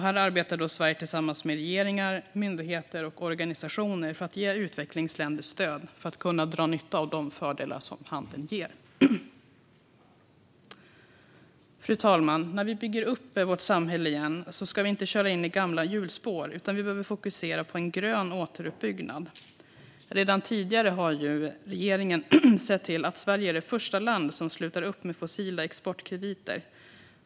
Här arbetar Sverige tillsammans med regeringar, myndigheter och organisationer för att ge utvecklingsländer stöd att kunna dra nytta av de fördelar som handeln ger. Fru talman! När vi bygger upp vårt samhälle igen ska vi inte köra in i gamla hjulspår. Vi behöver fokusera på en grön återuppbyggnad. Redan tidigare har regeringen sett till att Sverige är det första land som slutar upp med fossila exportkrediter.